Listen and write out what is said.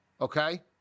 okay